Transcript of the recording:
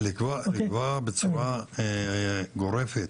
אבל לקבוע בצורה גורפת,